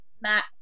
Matt